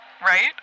Right